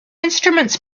instruments